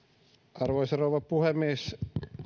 arvoisa rouva puhemies